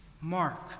mark